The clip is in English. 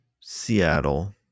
seattle